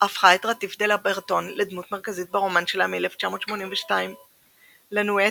הפכה את רטיף דה לה ברטון לדמות מרכזית ברומן שלה מ-1982 La Nuit